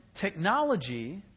technology